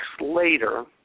later